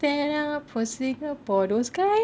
stand up for singapore those kind